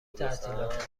تعطیلات